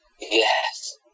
Yes